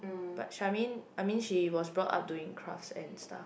but Charmaine I mean she was brought up doing crafts and stuff